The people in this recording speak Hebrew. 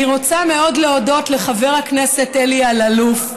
אני רוצה מאוד להודות לחבר הכנסת אלי אלאלוף.